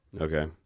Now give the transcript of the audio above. okay